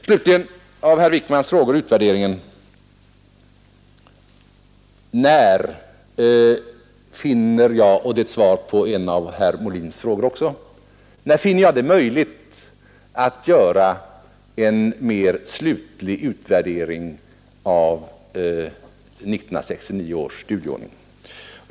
Slutligen frågade herr Wijkman, och även herr Molin, när jag finner det möjligt att göra en mer slutlig utvärdering av 1969 års studieordning.